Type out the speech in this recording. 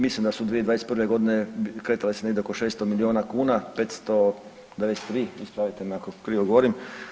Mislim da su 2021. godine kretale se negdje oko 600 milijuna kuna, 593, ispravite me ako krivo govorim.